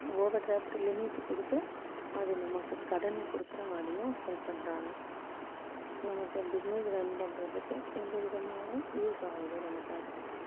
over draft limit கொடுத்து அது நமக்கு கடன் கொடுக்குற மாதிரியும் ஹெல்ப் பண்ணுறாங்க நமக்கு பிஸ்னஸ் ரன் பண்ணுறதுக்கு இந்த விதமாகவும் யூஸ் ஆகுது நமக்காக